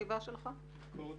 החטיבה לביקורת